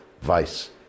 vice